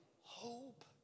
Hope